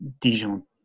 Dijon